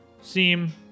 seem